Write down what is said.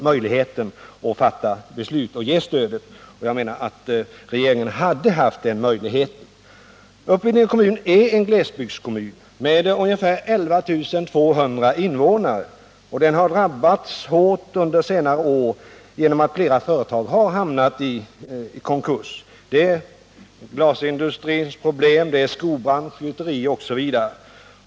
Möjligheterna att ge stöd har regeringen haft, menar jag. Uppvidinge är en glesbygdskommun med ungefär 11 200 invånare. Den har under senare år drabbats hårt genom att flera företag har hamnat i konkurs. Det gäller glasindustrin, skobranschen, gjuterier osv.